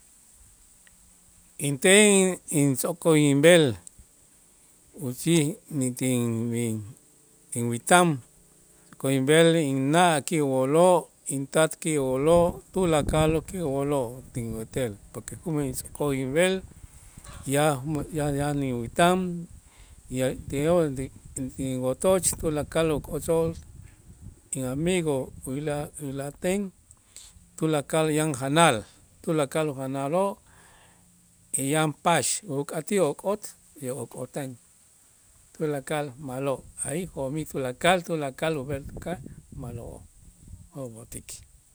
Inten in- intz'o'kol inb'el uchij mi tin b'in inwätan, tz'o'kol inb'el inna' ki' wooloo', intat ki' ooloo' tulakal ki' wooloo' tinwetel porque tz'o'kol inb'el ya yan inwätan ya te'lo' inwotoch tulakal ukotzol in amigo uyilaj uyilajten tulakal yan janal, tulakal ujanaloo' y yan pax uk'atij ok'ot y ok'oten tulakal ma'lo' allí jo'mij tulakal, tulakal ub'el uka ma'lo' yoos b'o'tik.